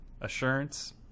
assurance